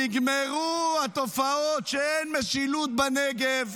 נגמרו התופעות שאין משילות בנגב.